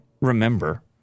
remember